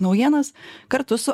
naujienas kartu su